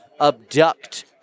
abduct